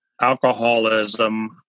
alcoholism